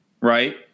right